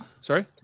Sorry